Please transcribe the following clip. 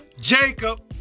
Jacob